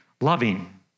loving